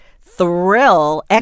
thrill